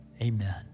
amen